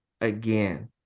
again